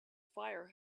fire